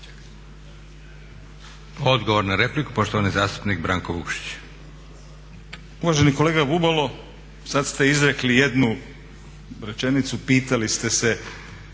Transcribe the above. Odgovor na repliku, poštovani zastupnik Branko Vukšić. **Vukšić, Branko (Nezavisni)** Uvaženi kolega Bubalo, sad ste izrekli jednu rečenicu, pitali ste se,